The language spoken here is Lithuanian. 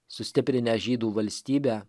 sustiprinęs žydų valstybę